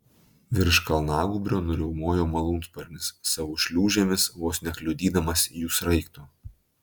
virš kalnagūbrio nuriaumojo malūnsparnis savo šliūžėmis vos nekliudydamas jų sraigto